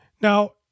Now